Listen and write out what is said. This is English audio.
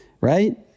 Right